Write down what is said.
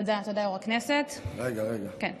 רגע, רגע,